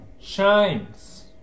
shines